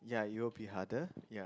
ya it will be harder ya